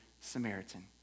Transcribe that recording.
Samaritan